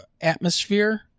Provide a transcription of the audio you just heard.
atmosphere